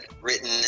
written